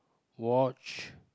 watch